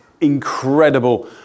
incredible